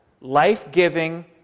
life-giving